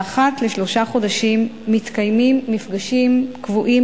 ואחת לשלושה חודשים מתקיימים מפגשים קבועים